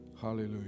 Hallelujah